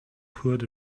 poured